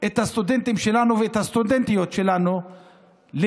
את הסטודנטים שלנו ואת הסטודנטיות שלנו לא